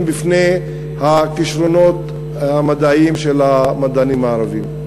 בפני הכישרונות המדעיים של המדענים הערבים.